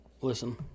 Listen